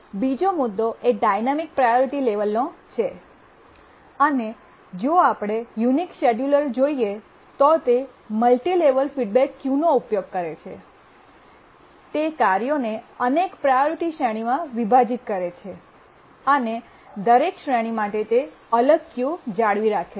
બીજો મુદ્દો એ ડાયનામિક પ્રાયોરિટી લેવલનો છે અને જો આપણે યુનિક્સ શેડ્યૂલરને જોઈએ તો તે મલ્ટિલેવલ ફીડબેક ક્યુનો ઉપયોગ કરે છે તે કાર્યોને અનેક પ્રાયોરિટી શ્રેણીમાં વિભાજિત કરે છે અને દરેક શ્રેણી માટે તે અલગ ક્યુ જાળવી રાખે છે